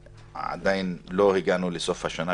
ועדיין לא הגענו לסוף השנה.